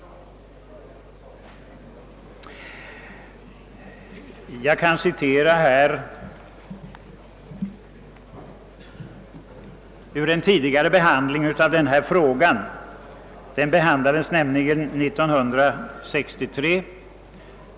Jag vill här citera vad som skrevs tidigare, när denna fråga behandlades i andra lagutskottet 1963.